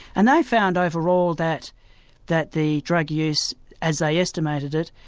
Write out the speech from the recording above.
and they found overall that that the drug use as they estimated it,